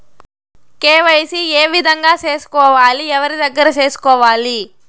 KYC ఏ విధంగా సేసుకోవాలి? ఎవరి దగ్గర సేసుకోవాలి?